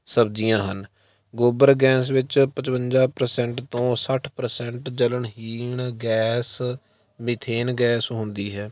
ਸਬਜ਼ੀਆਂ ਹਨ ਗੋਬਰ ਗੈਂਸ ਵਿੱਚ ਪਚਵੰਜਾ ਪ੍ਰਸੈਂਟ ਤੋਂ ਸੱਠ ਪ੍ਰਸੈਂਟ ਜਲਣਹੀਣ ਗੈਸ ਮਿਥੇਨ ਗੈਸ ਹੁੰਦੀ ਹੈ